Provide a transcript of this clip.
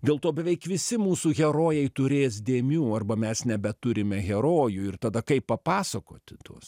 dėl to beveik visi mūsų herojai turės dėmių arba mes nebeturime herojų ir tada kaip papasakoti tuos